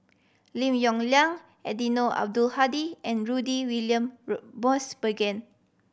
Lim Yong Liang Eddino Abdul Hadi and Rudy William Mosbergen